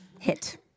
Hit